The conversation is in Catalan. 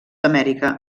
amèrica